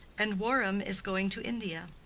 and warham is going to india.